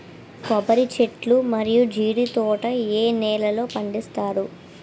కొబ్బరి చెట్లు మరియు జీడీ తోట ఏ నేలల్లో పండిస్తారు?